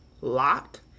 locked